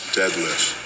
deadlift